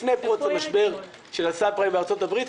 לפני פרוץ המשבר של הסאבפריים בארצות-הברית,